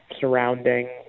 surrounding